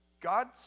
God